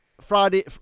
Friday